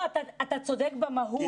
אתה צודק במהות,